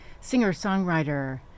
singer-songwriter